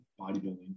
bodybuilding